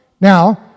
Now